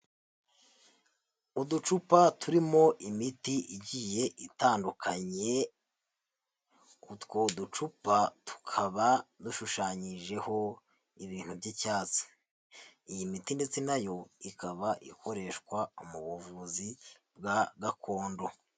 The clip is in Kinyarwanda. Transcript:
Uducupa turimo imiti igiye itandukanye utwo ducupa tukaba dushushanyijeho ibintu by'icyatsi iyi miti ndetse nayo ikaba ikoreshwa mu buvuzi bwa gakondo.